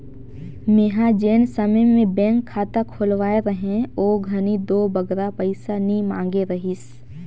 मेंहा जेन समे में बेंक खाता खोलवाए रहें ओ घनी दो बगरा पइसा नी मांगे रहिस